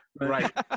right